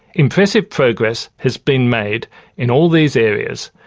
impressive progress has been made in all these areas,